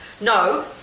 No